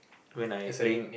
when I playing